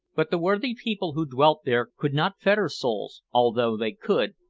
but the worthy people who dwelt there could not fetter souls, although they could,